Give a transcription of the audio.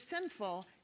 sinful